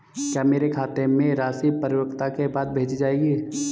क्या मेरे खाते में राशि परिपक्वता के बाद भेजी जाएगी?